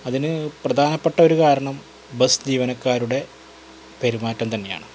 അതിന് പ്രധാനപ്പെട്ടൊരു കാരണം ബസ് ജീവനക്കാരുടെ പെരുമാറ്റം തന്നെയാണ്